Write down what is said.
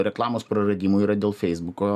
reklamos praradimų yra dėl feisbuko